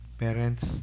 Parents